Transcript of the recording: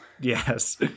yes